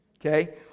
Okay